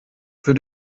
für